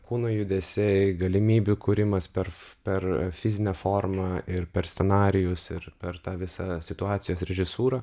kūno judesiai galimybių kūrimas per per fizinę formą ir per scenarijus ir per tą visą situacijos režisūrą